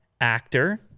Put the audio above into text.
actor